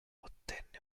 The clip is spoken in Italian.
ottenne